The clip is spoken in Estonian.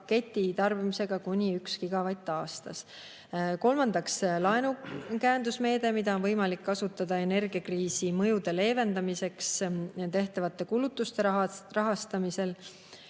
tarbimisega, [mahus] kuni 1 gigavatt-aastas. Kolmandaks, laenukäendusmeede, mida on võimalik kasutada energiakriisi mõjude leevendamiseks tehtavate kulutuste rahastamisel.